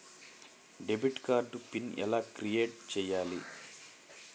Debit card pin ఎలా create చెయ్యాలి?